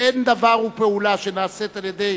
ואין דבר ופעולה שנעשים על-ידי